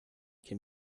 can